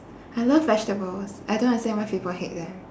I love vegetables I don't understand why people hate them